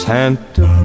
Santa